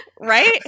Right